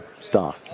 stock